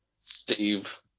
Steve